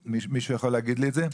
מישהו יכול להגיד לי את זה?